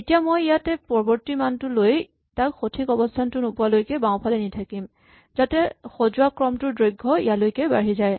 এতিয়া মই ইয়াত পৰৱৰ্তী মানটো লৈ তাক সঠিক অৱস্হানটো নোপোৱালৈকে বাওঁফালে নি থাকিম যাতে সজোৱা ক্ৰমটোৰ দৈৰ্ঘ্য ইয়ালৈকে বাঢ়ি যায়